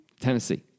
Tennessee